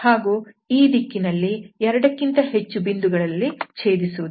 ಹಾಗೂ ಈ ದಿಕ್ಕಿನಲ್ಲಿ ಎರಡಕ್ಕಿಂತ ಹೆಚ್ಚಿನ ಬಿಂದುಗಳಲ್ಲಿ ಛೇದಿಸುವುದಿಲ್ಲ